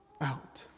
out